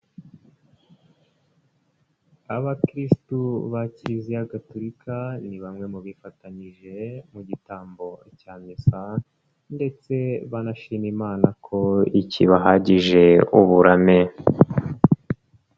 Abakirisitu ba kiriziya gaturika ni bamwe mu bifatanyije mu gitambo cya misa ndetse banashima imana ko ikibahagije uburame.